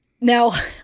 Now